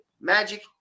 magic